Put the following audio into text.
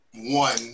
one